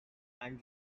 and